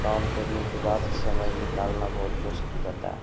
काम करने के बाद समय निकालना बहुत मुश्किल रहता है